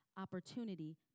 Opportunity